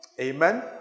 Amen